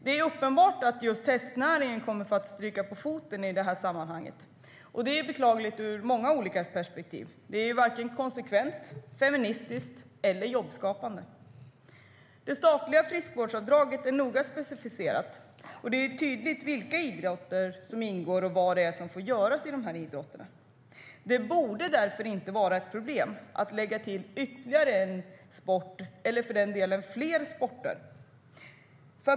Det är uppenbart att just hästnäringen kommer att få stryka på foten i detta sammanhang, och det är beklagligt ur många olika perspektiv. Det är varken konsekvent, feministiskt eller jobbskapande. Det statliga friskvårdsavdraget är noga specificerat. Det är tydligt vilka idrotter som ingår och vad det är som får göras i dessa idrotter. Det borde därför inte vara ett problem att lägga till ytterligare en sport, eller för den delen flera sporter.